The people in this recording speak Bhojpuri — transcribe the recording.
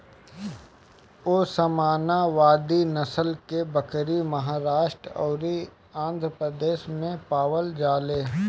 ओस्मानावादी नसल के बकरी महाराष्ट्र अउरी आंध्रप्रदेश में पावल जाले